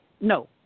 No